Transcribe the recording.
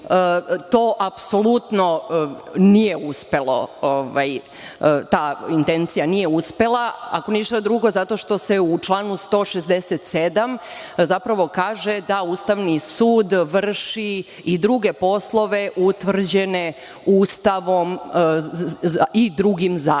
to apsolutno nije uspelo, ta intencija nije uspela. Ako ništa drugo, zato što se u članu 167. zapravo kaže da Ustavni sud vrši i druge poslove utvrđene Ustavom i drugim zakonima,